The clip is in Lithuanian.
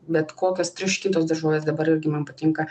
bet kokios troškintos daržovės dabar irgi man patinka